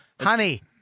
honey